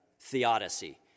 theodicy